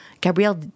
Gabrielle